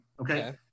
okay